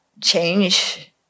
change